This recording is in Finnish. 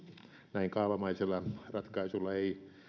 näin kaavamaisella ratkaisulla ei